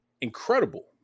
incredible